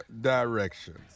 directions